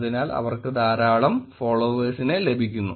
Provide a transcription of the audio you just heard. അതിനാൽ അവർക്ക് ധാരാളം ഫോളോവെഴ്സിനെ ലഭിക്കുന്നു